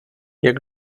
jak